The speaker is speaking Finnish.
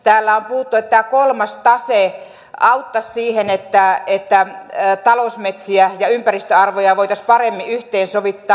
täällä on puhuttu että tämä kolmas tase auttaisi siihen että talousmetsiä ja ympäristöarvoja voitaisiin paremmin yhteensovittaa